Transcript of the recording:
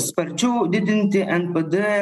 sparčiau didinti npd